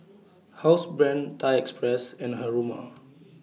Housebrand Thai Express and Haruma